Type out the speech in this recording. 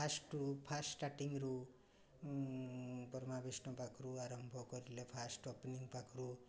ଫାଷ୍ଟରୁ first ଷ୍ଟାର୍ଟିଂରୁ ବ୍ରହ୍ମା ବିଷ୍ଣୁ ପାଖରୁ ଆରମ୍ଭ କରିଲେ ଫାଷ୍ଟ ଓପନିଂ ପାଖରୁ